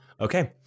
Okay